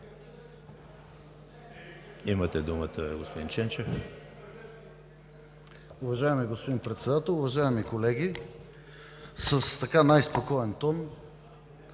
Имате думата, господин Манев.